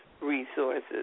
resources